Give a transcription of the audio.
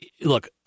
look